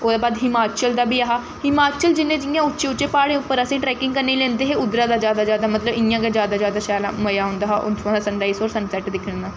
ओह्दे बाद हिमाचल दा बी ऐ हा हिमाचल जि'यां जि'यां उच्चे उच्चे प्हाड़ें उप्पर असें गी ट्रैकिंग करने गी लेंदे हे उद्धरा दा जैदा जैदा मतलब इ'यां गै जैदा जैदा शैल मजा औंदा हा उत्थुआं दा सन राइज होर सन सैट्ट दिक्खने दा